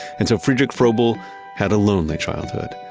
and so friedrich froebel had a lonely childhood.